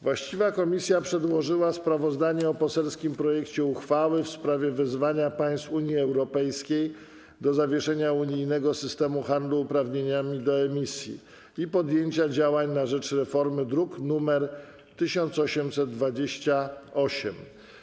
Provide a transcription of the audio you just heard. Właściwa komisja przedłożyła sprawozdanie o poselskim projekcie uchwały w sprawie wezwania państw Unii Europejskiej do zawieszenia unijnego systemu handlu uprawnieniami do emisji (EU ETS) i podjęcia działań na rzecz reformy, druk nr 1828.